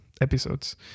episodes